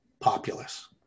populace